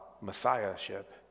Messiahship